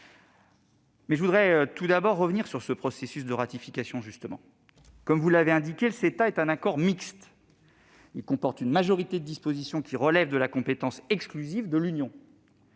CETA. Je voudrais tout d'abord revenir sur ce processus de ratification. Comme vous l'avez souligné, le CETA est un accord mixte dont la majorité des dispositions relève de la compétence exclusive de l'Union